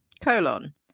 Colon